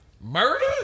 Murder